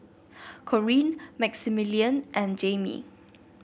Corean Maximilian and Jaimee